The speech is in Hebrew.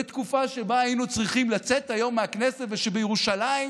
בתקופה שבה היינו צריכים לצאת היום מהכנסת ושבירושלים,